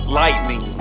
lightning